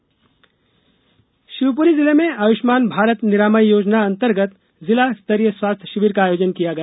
आयुष्मान भारत शिवपुरी जिले में आयुष्मान भारत निरामयम योजना अंतर्गत जिला स्तरीय स्वास्थ्य शिविर का आयोजन किया गया